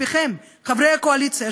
חברי הקואליציה,